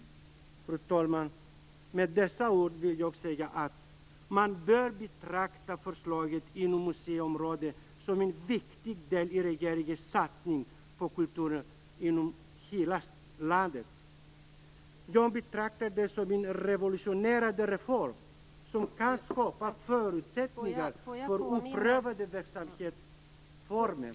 Fru talman! Med dessa ord vill jag säga att man bör betrakta förslaget inom museiområdet som en viktig del i regeringens satsning på kultur i hela landet. Jag betraktar det som en revolutionerande reform som kan skapa förutsättningar för oprövade verksamhetsformer.